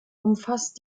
umfasst